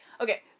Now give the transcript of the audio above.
Okay